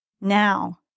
Now